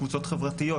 קבוצות חברתיות,